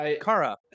Kara